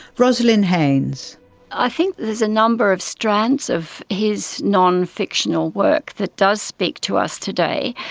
roslynn haynes i think there's a number of strands of his nonfictional work that does speak to us today.